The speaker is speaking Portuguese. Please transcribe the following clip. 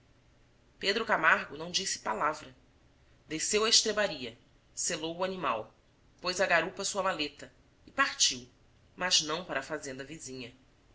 pedro camargo não disse palavra desceu à estrebaria selou o animal pôs a garupa sua maleta e partiu mas não para a fazenda vizinha